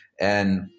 and-